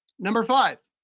number five,